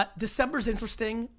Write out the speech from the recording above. ah december's interesting,